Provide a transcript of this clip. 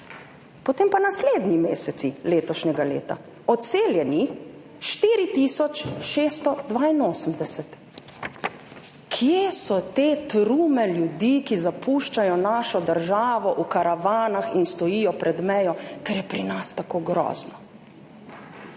Potem pa naslednji meseci letošnjega leta, odseljenih 4682. Kje so te trume ljudi, ki zapuščajo našo državo v karavanah in stojijo pred mejo, ker je pri nas tako grozno?